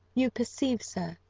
you perceive, sir,